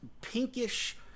pinkish